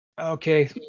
Okay